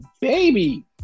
baby